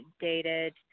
dated